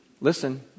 listen